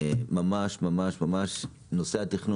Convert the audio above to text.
נושא התכנון הוא ממש ממש חשוב.